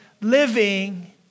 living